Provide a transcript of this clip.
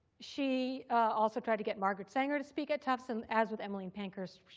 she also tried to get margaret sanger to speak at tufts and, as with emmeline pankhurst,